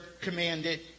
commanded